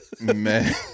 Man